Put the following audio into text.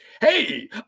Hey